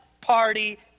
party